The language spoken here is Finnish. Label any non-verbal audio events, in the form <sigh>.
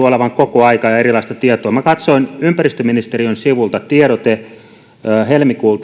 <unintelligible> olevan vähän semmoinen epäselvä ja on erilaista tietoa minä katsoin ympäristöministeriön sivuilta tiedotteen helmikuun <unintelligible>